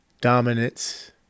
Dominance